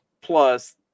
plus